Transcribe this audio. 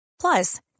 Plus